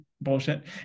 bullshit